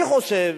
אני חושב